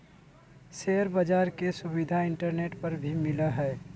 share बाज़ार के सुविधा इंटरनेट पर भी मिलय हइ